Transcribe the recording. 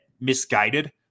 misguided